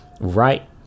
right